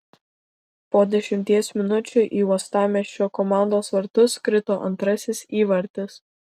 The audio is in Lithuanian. po dešimties minučių į uostamiesčio komandos vartus krito antrasis įvartis